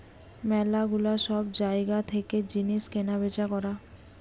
ম্যালা গুলা সব জায়গা থেকে জিনিস কেনা বেচা করা